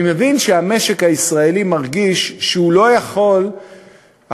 אני מבין שהמשק הישראלי מרגיש שהוא לא יכול עכשיו,